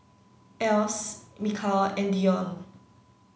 Else Mikal and Dionne